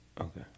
okay